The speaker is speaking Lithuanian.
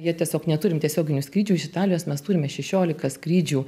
jie tiesiog neturim tiesioginių skrydžių iš italijos mes turime šešiolika skrydžių